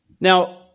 Now